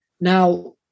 now